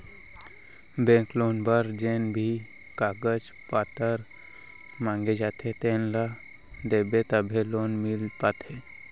bank loan बर जेन भी कागज पातर मांगे जाथे तेन ल देबे तभे लोन मिल पाथे